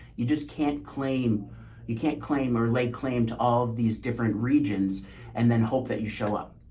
you just can't claim you can't claim or lay claim to all of these different regions and then hope that you show up.